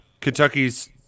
Kentucky's